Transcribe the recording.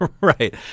Right